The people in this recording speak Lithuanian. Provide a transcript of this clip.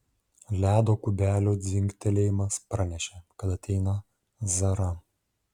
ledo kubelių dzingtelėjimas pranešė kad ateina zara